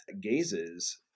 gazes